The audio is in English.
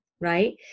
right